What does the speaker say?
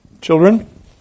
Children